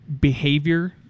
behavior